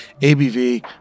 ABV